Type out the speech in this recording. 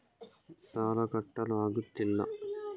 ಸಾಲ ಕಟ್ಟಲು ಆಗುತ್ತಿಲ್ಲ